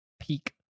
peak